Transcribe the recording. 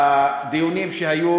בדיונים שהיו,